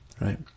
right